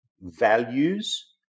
values